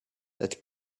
that